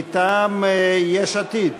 מטעם יש עתיד,